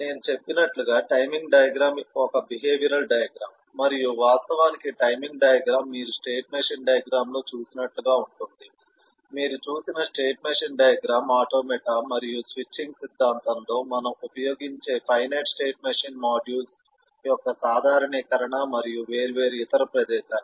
నేను చెప్పినట్లుగా timing diagram ఒక బిహేవియరల్ డయాగ్రమ్ మరియు వాస్తవానికి టైమింగ్ డయాగ్రమ్ మీరు స్టేట్ మెషిన్ డయాగ్రమ్ లో చూసినట్లుగా ఉంటుంది మీరు చూసిన స్టేట్ మెషిన్ డయాగ్రమ్ ఆటోమేటా మరియు స్విచింగ్ సిద్ధాంతంలో మనం ఉపయోగించే ఫైనైట్ స్టేట్ మెషిన్ మాడ్యూల్స్ యొక్క సాధారణీకరణ మరియు వేర్వేరు ఇతర ప్రదేశాలు